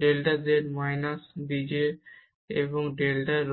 delta Z এ minus ডিজে তে ডেল্টা রো